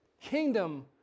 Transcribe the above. kingdom